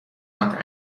not